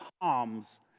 palms